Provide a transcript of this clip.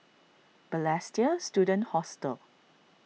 Balestier Student Hostel